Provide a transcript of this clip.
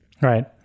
Right